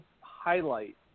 highlight